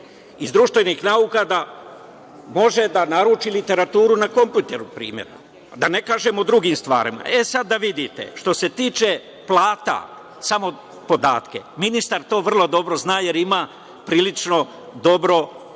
iz društvenih nauka da može da naruči literaturu na kompjuteru, na primer. Da ne pričam o drugim stvarima.E, sad, da vidite, što se tiče plata. Ministar to vrlo dobro zna, jer ima prilično dobro